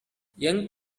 young